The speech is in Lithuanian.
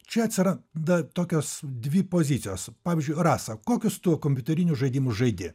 čia atsiranda tokios dvi pozicijos pavyzdžiui rasa kokius tu kompiuterinius žaidimus žaidi